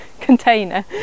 container